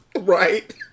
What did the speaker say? Right